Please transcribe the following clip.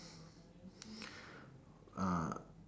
ah